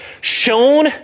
shown